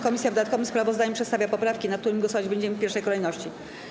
Komisja w dodatkowym sprawozdaniu przedstawia poprawki, nad którymi głosować będziemy w pierwszej kolejności.